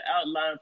outline